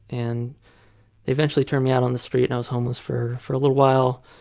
and they eventually turned me out on the street and i was homeless for for a little while.